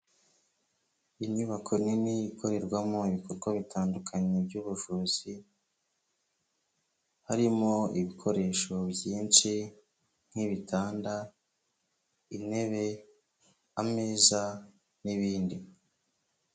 Inyubako nini ikorerwamo ibikorwa bitandukanye by'ubuvuzi, harimo ibikoresho byinshi nk'ibitanda, intebe, ameza n'ibindi.